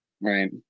Right